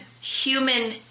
human